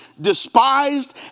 despised